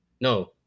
no